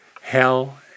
Hell